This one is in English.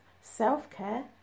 self-care